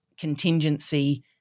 contingency